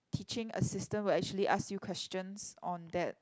teaching assistant will actually ask you questions on that